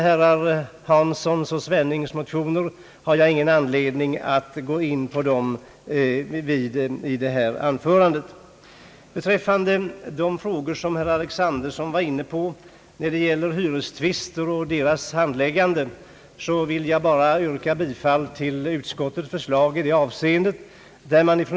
Herrar Hanssons och Svennings motioner har jag ingen anledning att gå in på i detta anförande. Herr Alexanderson var inne på handläggningen av hyrestvister. Jag vill endast yrka bifall till utskottets förslag i detta avseende.